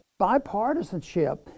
bipartisanship